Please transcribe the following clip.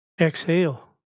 Exhale